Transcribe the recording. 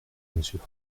monsieur